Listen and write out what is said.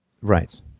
Right